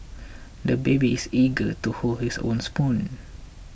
the baby is eager to hold his own spoon